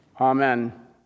Amen